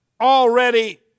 already